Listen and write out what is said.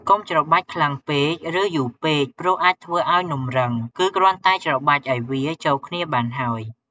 កុំច្របាច់ខ្លាំងពេក ឬយូរពេក ព្រោះអាចធ្វើឱ្យនំរឹង គឺគ្រាន់តែច្របាច់ឱ្យវាចូលគ្នាបានហើយ។